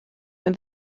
when